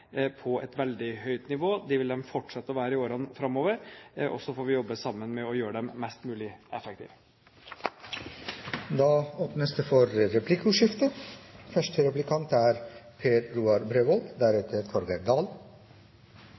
på et veldig høyt nivå. Det vil de fortsette å være i årene framover, og så får vi jobbe sammen for å gjøre dem mest mulig effektive. Det blir replikkordskifte.